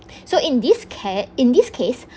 so in this ca~ in this case